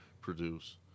produce